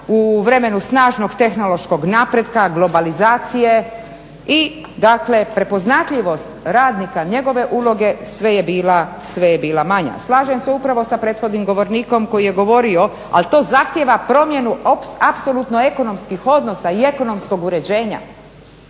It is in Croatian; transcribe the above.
u vremenu snažnog tehnološkog napretka, globalizacije i dakle prepoznatljivost radnika, njegove uloge sve je bila manja. Slažem se upravo sa prethodnim govornikom koji je govorio, ali to zahtijeva promjenu apsolutno ekonomskih odnosa i ekonomskog uređenja